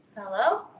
Hello